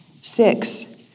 Six